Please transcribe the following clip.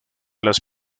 las